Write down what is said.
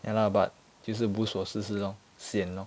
ya lah but 就是 boost 我试试 lor sian lor